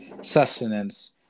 sustenance